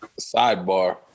sidebar